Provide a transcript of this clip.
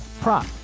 prop